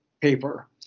paper